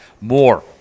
more